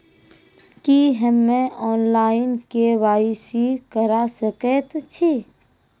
की हम्मे online, KYC करा सकैत छी?